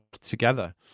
together